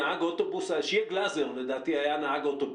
שייע גלזר לדעתי היה נהג אוטובוס.